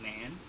man